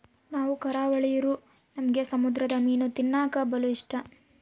ನಾವು ಕರಾವಳಿರೂ ನಮ್ಗೆ ಸಮುದ್ರ ಮೀನು ತಿನ್ನಕ ಬಲು ಇಷ್ಟ